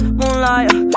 moonlight